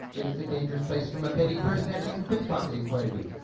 it's a dangerous place from a petty purse snatching and pickpocketing point of view.